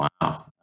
Wow